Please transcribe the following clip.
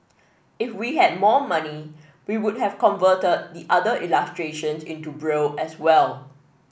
if we had more money we would have converted the other illustrations into Braille as well